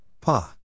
Pa